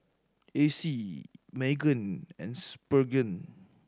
Acey Meggan and Spurgeon